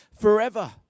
forever